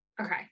Okay